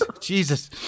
Jesus